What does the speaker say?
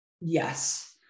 Yes